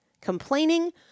complaining